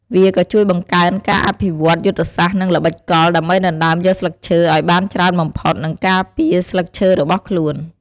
វាក៏ជួយបង្កើនការអភិវឌ្ឍយុទ្ធសាស្ត្រ និងល្បិចកល ដើម្បីដណ្ដើមយកស្លឹកឈើឱ្យបានច្រើនបំផុត និងការពារស្លឹកឈើរបស់ខ្លួន។